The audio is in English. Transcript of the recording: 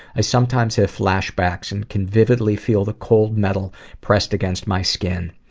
i sometimes have flashbacks and can vividly feel the cold metal pressed against my skin.